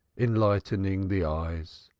enlightening the eyes